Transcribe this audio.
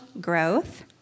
growth